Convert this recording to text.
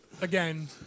again